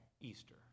Easter